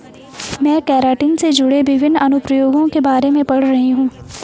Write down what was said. मैं केराटिन से जुड़े विभिन्न अनुप्रयोगों के बारे में पढ़ रही हूं